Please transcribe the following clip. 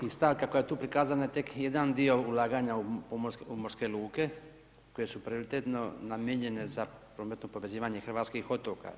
I stavka koja je tu prikazana je tek jedan dio ulaganja u pomorske luke koje su prioritetno namijenjeno za prometno povezivanje hrvatskih otoka.